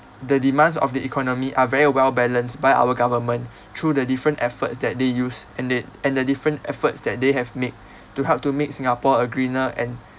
the demands of the economy are very well balanced by our government through the different efforts that they use and th~ and the different efforts that they have made to help to make singapore a greener and